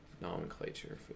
nomenclature